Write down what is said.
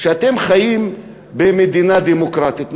אתם חיים במדינה דמוקרטית,